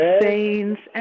saints